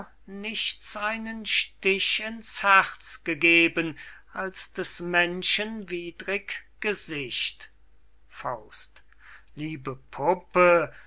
nichts einen stich in's herz gegeben als des menschen widrig gesicht liebe puppe